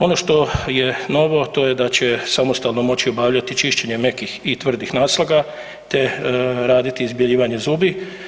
Ono što je novo to je da će samostalno moći obavljati čišćenje mekih i tvrdih naslaga te raditi izbjeljivanje zubi.